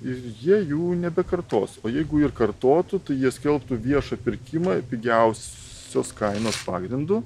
ir jie jų nebekartos o jeigu ir kartotų tai jie skelbtų viešą pirkimą pigiausios kainos pagrindu